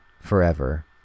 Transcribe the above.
forever